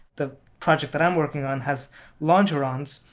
the project but i'm working on has longerons,